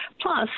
Plus